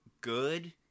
good